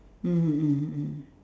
mmhmm mmhmm mmhmm